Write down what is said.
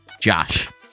Josh